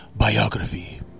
Biography